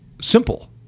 simple